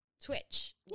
Twitch